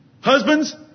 Husbands